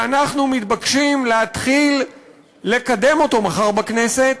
שאנחנו מתבקשים להתחיל לקדם מחר בכנסת,